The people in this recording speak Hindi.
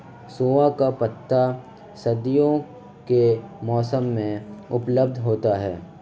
सोआ का पत्ता सर्दियों के मौसम में उपलब्ध होता है